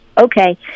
okay